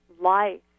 life